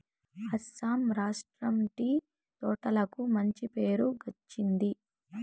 అస్సాం రాష్ట్రం టీ తోటలకు మంచి పేరు గాంచింది